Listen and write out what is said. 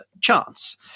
Chance